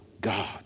God